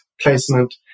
placement